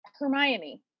Hermione